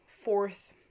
fourth